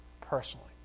personally